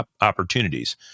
opportunities